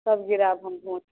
तब गिरायब हम भोट